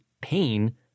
pain